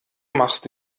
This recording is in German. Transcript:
machst